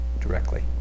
directly